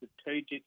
strategic